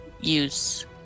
use